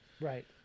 Right